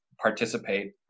participate